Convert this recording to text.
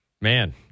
Man